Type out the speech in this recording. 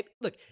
look